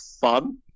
fun